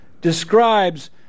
describes